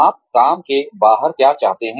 आप काम के बाहर क्या चाहते हैं